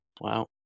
Wow